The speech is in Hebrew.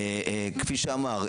כפי שאמר,